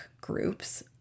groups